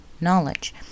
knowledge